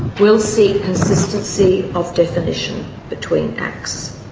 will seek consistency of definition between acts.